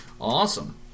awesome